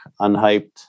unhyped